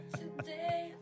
today